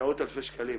מאות אלפי שקלים,